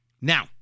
Now